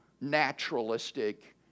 naturalistic